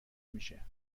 میشه